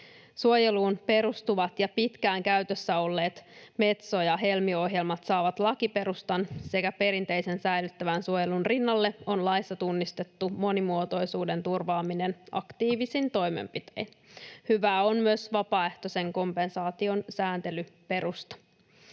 suojeluun perustuvat ja pitkään käytössä olleet Metso‑ ja Helmi-ohjelmat saavat lakiperustan sekä perinteisen säilyttävän suojelun rinnalle on laissa tunnistettu monimuotoisuuden turvaaminen aktiivisin toimenpitein. Hyvää on myös vapaaehtoisen kompensaation sääntelyperusta.